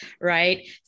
Right